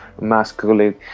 masculine